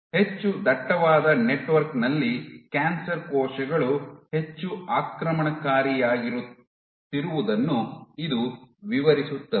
ಹೆಚ್ಚು ದಟ್ಟವಾದ ನೆಟ್ವರ್ಕ್ ನಲ್ಲಿ ಕ್ಯಾನ್ಸರ್ ಕೋಶಗಳು ಹೆಚ್ಚು ಆಕ್ರಮಣಕಾರಿಯಾಗುತ್ತಿರುವುದನ್ನು ಇದು ವಿವರಿಸುತ್ತದೆ